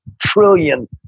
trillion